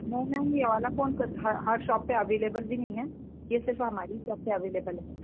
नहीं नहीं यह वाला फ़ोन हर हर शॉप पर अव्लेबल भी नहीं हैं यह सिर्फ़ हमारी शॉप पर अव्लेबल है